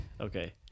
Okay